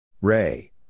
Ray